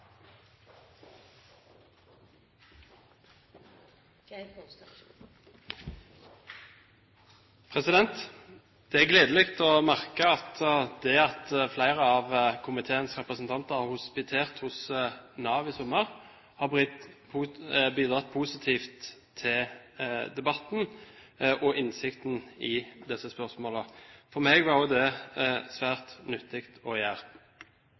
gledelig å merke at det at flere av komiteens representanter har hospitert hos Nav i sommer, har bidratt positivt til debatten og innsikten i disse spørsmålene. For meg var det svært nyttig å gjøre.